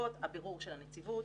בעקבות הבירור של הנציבות,